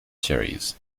cherries